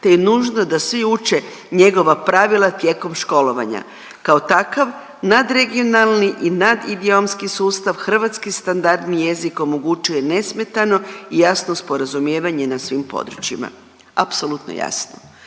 te je nužno da svi uče njegova pravila tijekom školovanja kao takav nadregionalni i nadidiomski sustav hrvatski standardni jezik omogućuje nesmetano i jasno sporazumijevanje na svim područjima. Apsolutno jasno.